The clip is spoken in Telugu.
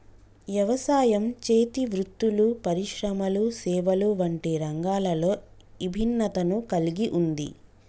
యవసాయం, చేతి వృత్తులు పరిశ్రమలు సేవలు వంటి రంగాలలో ఇభిన్నతను కల్గి ఉంది